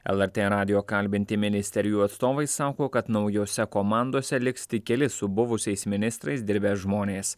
lrt radijo kalbinti ministerijų atstovai sako kad naujose komandose liks tik keli su buvusiais ministrais dirbę žmonės